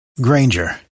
Granger